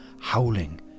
howling